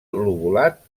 lobulat